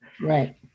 Right